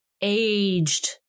aged